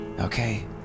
Okay